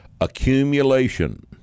accumulation